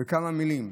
בכמה מילים: